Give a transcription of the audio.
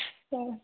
औ